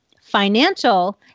financial